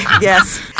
yes